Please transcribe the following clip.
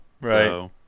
Right